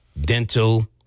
Dental